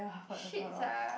shit sia